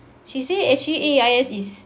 she say actually A_E_I_S is